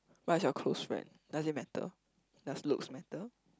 what is your close friend does it matter does looks matter